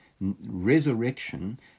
Resurrection